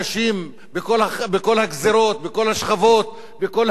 בכל הגזרות, בכל השכבות, בכל האוכלוסיות,